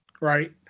Right